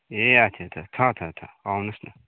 ए आच्छा छा छ छ छ आउनुहोस् न